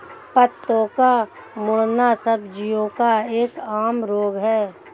पत्तों का मुड़ना सब्जियों का एक आम रोग है